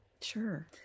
Sure